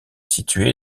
situé